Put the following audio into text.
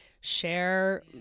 share